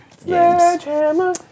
Sledgehammer